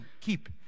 keep